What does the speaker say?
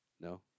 No